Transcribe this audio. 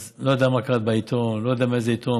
אז לא יודע מה קראת בעיתון, לא יודע מאיזה עיתון.